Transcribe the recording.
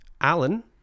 Alan